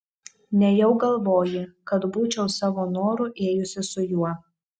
nejau galvoji kad būčiau savo noru ėjusi su juo